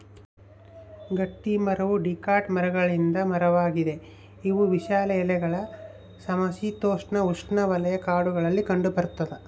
ಗಟ್ಟಿಮರವು ಡಿಕಾಟ್ ಮರಗಳಿಂದ ಮರವಾಗಿದೆ ಇವು ವಿಶಾಲ ಎಲೆಗಳ ಸಮಶೀತೋಷ್ಣಉಷ್ಣವಲಯ ಕಾಡುಗಳಲ್ಲಿ ಕಂಡುಬರ್ತದ